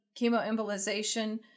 chemoembolization